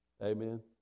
Amen